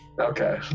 okay